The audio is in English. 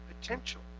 potential